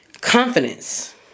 confidence